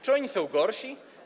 Czy oni są gorsi?